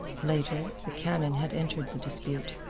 later, the cannon had entered the dispute.